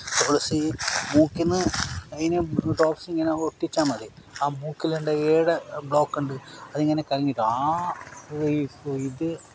തുളസി മൂക്കിൽ നിന്ന് അതിന് ഡ്രോപ്പ്സ് ഇങ്ങനെ ഊറ്റിച്ചൽ മതി ആ മുക്കിലെ ഉണ്ട് ഏടേ ബ്ലോക്കുണ്ട് അതിങ്ങനെ കലങ്ങി പോകും ആ